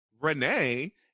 Renee